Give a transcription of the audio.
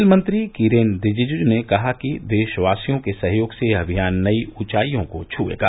खेलमंत्री किरेन रिजिजू ने कहा कि देशवासियों के सहयोग से यह अभियान नई ऊंचाइयां छूएगा